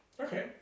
Okay